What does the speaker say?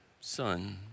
son